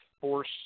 force